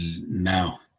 Now